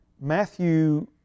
Matthew